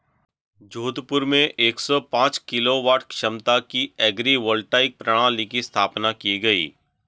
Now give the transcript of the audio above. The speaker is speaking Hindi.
जोधपुर में एक सौ पांच किलोवाट क्षमता की एग्री वोल्टाइक प्रणाली की स्थापना की गयी